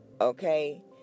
okay